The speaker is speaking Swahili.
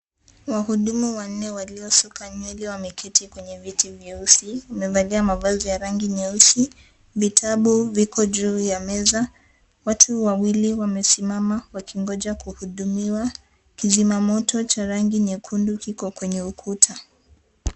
Wahudumu wanne waliosuka nywele, wameketi kwenye viti vyeusi. Wamevalia mavazi ya rangi nyeusi. Vitabu viko juu ya meza, watu wawili wamesimama wakingoja kuhudumiwa kizima moto cha rangi nyekundu kiko kwenye ukuta.